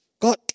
God